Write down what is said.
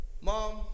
Mom